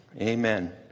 Amen